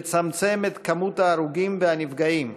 לצמצם את מספר ההרוגים והנפגעים,